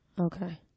Okay